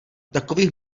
takových